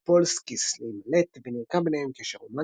אפולסקיס להימלט, ונרקם ביניהם קשר רומנטי.